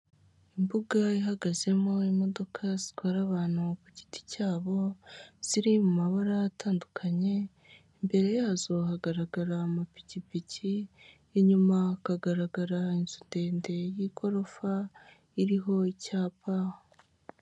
Imbuga ihagazemo imodoka zitwara abantu ku giti cyabo ziri mu mabara atandukanye imbere yazo hagaragara amapikipiki y'inyuma hakagaragara inzu ndende y'igorofa iriho icyapa.